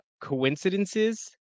coincidences